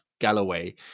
Galloway